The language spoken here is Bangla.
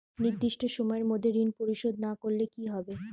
নির্দিষ্ট সময়ে মধ্যে ঋণ পরিশোধ না করলে কি হবে?